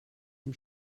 dem